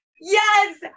Yes